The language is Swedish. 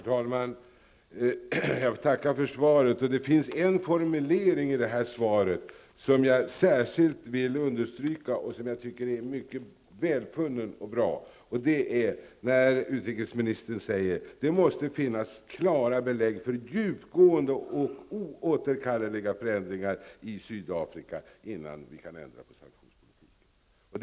Herr talman! Jag tackar för svaret. Det finns en formulering i det här svaret som jag särskilt vill understryka, och som jag tycker är mycket välfunnen och bra, nämligen att ''det måste finnas klara belägg för djupgående och oåterkalleliga förändringar i Sydafrika'' -- alltså innan vi kan ändra på sanktionspolitiken.